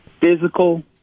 physical